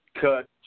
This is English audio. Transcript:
cut